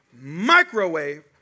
Microwave